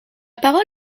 parole